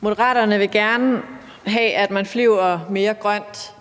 Moderaterne vil gerne have, at man flyver mere grønt.